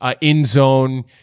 in-zone